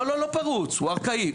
לא פרוץ, הוא ארכאי.